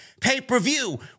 pay-per-view